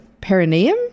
perineum